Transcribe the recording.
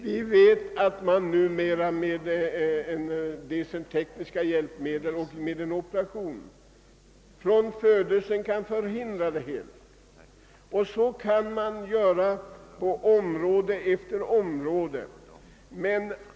Vi vet att man numera med tekniska hjälpmedel och genom operation kan förhindra denna sjukdom. Så blir fallet på område efter område.